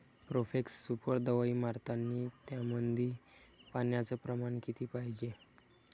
Profex super दवाई मारतानी त्यामंदी पान्याचं प्रमाण किती पायजे?